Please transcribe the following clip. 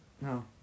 No